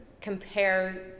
compare